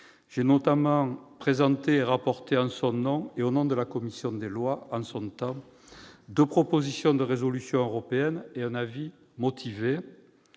J'ai notamment déposé et rapporté, en son nom et au nom de la commission des lois, deux propositions de résolution européenne et produit un avis motivé.